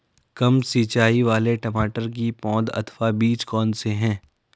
कम सिंचाई वाले टमाटर की पौध अथवा बीज कौन से हैं?